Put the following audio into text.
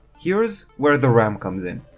here's where the ram comes in.